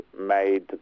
made